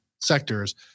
sectors